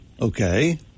okay